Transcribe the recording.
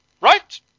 Right